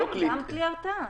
כן, גם כלי הרתעה.